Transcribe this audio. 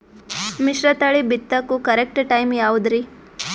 ಮಿಶ್ರತಳಿ ಬಿತ್ತಕು correct time ಯಾವುದರಿ?